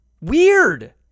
Weird